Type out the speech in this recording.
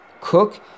Cook